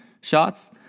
shots